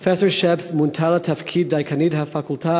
פרופסור שפס מונתה לתפקיד דיקנית הפקולטה